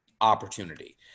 opportunity